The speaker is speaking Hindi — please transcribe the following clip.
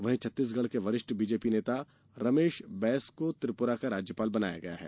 वहीं छत्तीसगढ़ के वरिष्ठ भाजपा नेता रमेश बैस को त्रिपुरा का राज्यपाल बनाया गया है